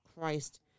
Christ